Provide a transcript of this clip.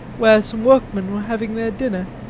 where some workmen were having their dinner.